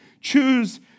choose